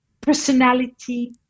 personality